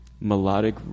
melodic